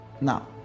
Now